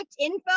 info